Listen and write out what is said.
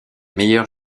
meilleurs